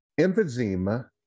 emphysema